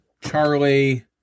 Charlie